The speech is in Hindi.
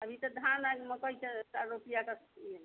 अभी तो धान और मकोई का रोपिया का सीजन है